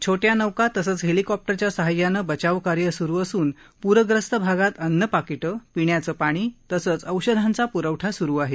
छोट्या नौका तसंच हेलिकॉप्टरच्या सहाय्यानं बचावकार्य सुरु असून पूरग्रस्त भागात अन्न पाकिट पिण्याचं पाणी तसंच औषधांचा पुरवठा सुरु आहे